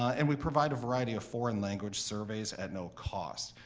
and we provide a variety of foreign language surveys at no cost,